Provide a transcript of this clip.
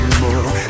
more